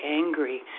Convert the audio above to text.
angry